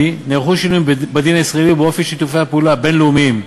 נערכו שינויים בדין הישראלי ובאופי שיתופי הפעולה הבין-לאומיים.